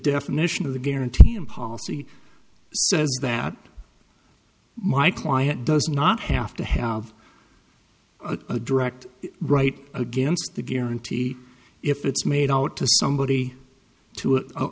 definition of the guarantee and paul says that my client does not have to have a direct right against the guarantee if it's made out to somebody to